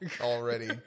Already